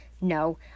no